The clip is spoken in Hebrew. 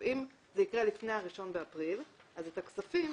אם זה יקרה לפני ה-1 באפריל, את הכספים